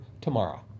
tomorrow